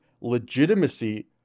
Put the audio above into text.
legitimacy